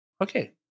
Okay